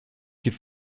qu’il